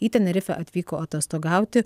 į tenerifę atvyko atostogauti